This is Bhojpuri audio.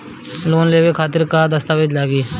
लोन लेवे खातिर का का दस्तावेज लागी?